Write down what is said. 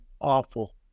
awful